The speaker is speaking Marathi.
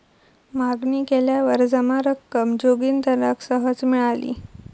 मागणी केल्यावर जमा रक्कम जोगिंदराक सहज मिळाली